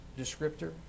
descriptor